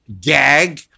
gag